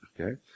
Okay